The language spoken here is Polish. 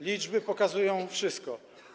Liczby pokazują wszystko.